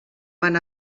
van